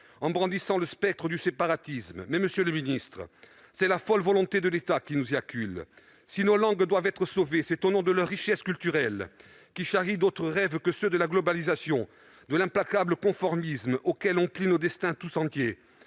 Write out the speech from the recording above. en brandissant le spectre du séparatisme. Mais, monsieur le ministre, c'est la folle volonté de l'État qui nous y accule ! Si nos langues doivent être sauvées, c'est au nom de la richesse culturelle, qui charrie d'autres rêves que ceux de la globalisation et de l'implacable conformisme auquel on plie nos destins tout entiers,